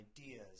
ideas